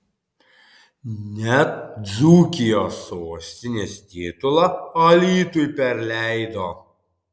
net dzūkijos sostinės titulą alytui perleido